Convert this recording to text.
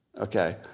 Okay